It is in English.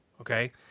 Okay